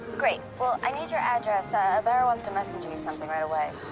great. well, i need your address. ah abara wants to messenger you something right away.